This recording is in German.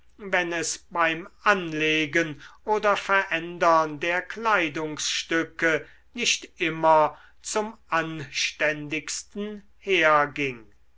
wenn es beim anlegen oder verändern der kleidungsstücke nicht immer zum anständigsten herging